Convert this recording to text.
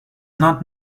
not